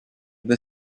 with